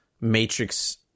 Matrix